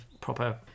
proper